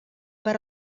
per